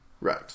Right